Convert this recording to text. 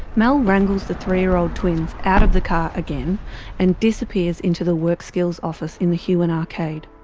mel wrangles the three year old twins out of the car again and disappears into the workskills office in the huon arcade.